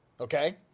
okay